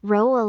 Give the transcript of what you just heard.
Row